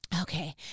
okay